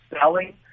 selling